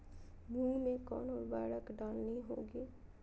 मूंग में कौन उर्वरक डालनी होगी?